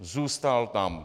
Zůstal tam.